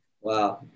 Wow